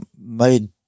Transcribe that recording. made